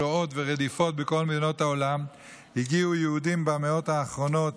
שואות ורדיפות בכל מדינות העולם הגיעו יהודים במאות האחרונות